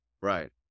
Right